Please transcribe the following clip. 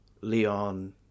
Leon